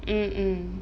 mm mm